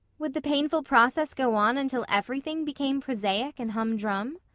would the painful process go on until everything became prosaic and hum-drum?